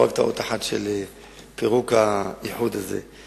לא רק טעות אחת של פירוק האיחוד הזה.